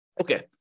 Okay